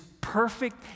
perfect